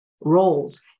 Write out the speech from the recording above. roles